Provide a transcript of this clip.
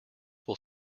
will